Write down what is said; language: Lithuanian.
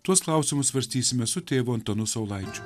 tuos klausimus svarstysime su tėvu antanu saulaičiu